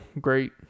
great